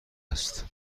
است